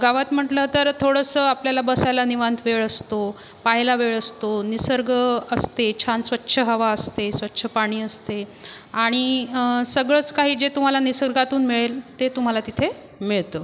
गावात म्हटलं तर थोडंसं आपल्याला बसायला निवांत वेळ असतो पहायला वेळ असतो निसर्ग असते छान स्वच्छ हवा असते स्वच्छ पाणी असते आणि सगळंच काही जे तुम्हाला निसर्गातून मिळेल ते तुम्हाला तिथे मिळतं